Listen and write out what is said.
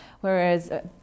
whereas